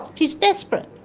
she's desperate.